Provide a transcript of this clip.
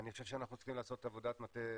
אני חושב שאנחנו צריכים לעשות עבודת מטה,